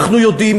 אנחנו יודעים,